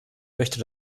möchte